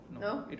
No